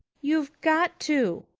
you've got to,